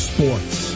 Sports